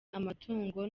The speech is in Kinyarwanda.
amatungo